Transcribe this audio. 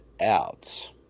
out